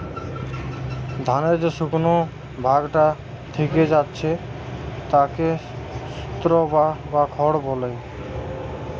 ধানের যে শুকনো ভাগটা থিকে যাচ্ছে তাকে স্ত্রও বা খড় বলে